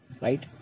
right